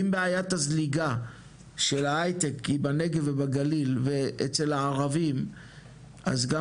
אם בעיית הזליגה של ההייטק בנגב ובגליל ואצל הערבים אז גם